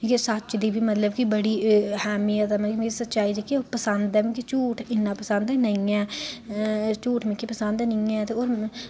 जे सच्च दी बी मतलब कि बड़ी अहमियत ऐ मतलब मिगी सच्चाई जेह्की ऐ पसंद ऐ मिगी झूठ इन्ना पसंद नेईं ऐ झूठ मिगी पसंद नेईं ऐ ते होर